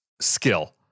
skill